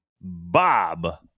bob